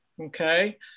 okay